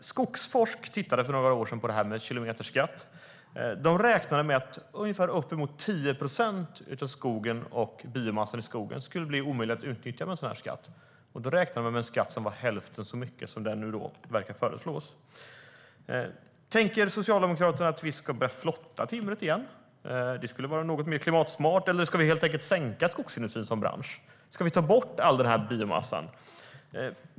Skogforsk tittade för några år sedan på det här med kilometerskatt. Man räknade med att uppemot 10 procent av skogen och biomassan i skogen skulle bli omöjlig att utnyttja med en sådan skatt. Då räknade man med en skatt på ungefär hälften så mycket som den som nu verkar föreslås. Tänker Socialdemokraterna att vi ska börja flotta timret igen? Det skulle vara något mer klimatsmart. Eller ska vi helt enkelt sänka skogsindustrin som bransch? Ska vi ta bort all den här biomassan?